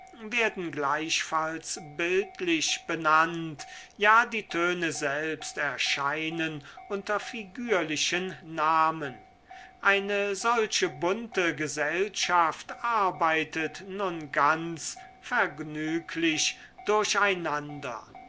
werden gleichfalls bildlich benannt ja die töne selbst erscheinen unter figürlichen namen eine solche bunte gesellschaft arbeitet nun ganz vergnüglich durcheinander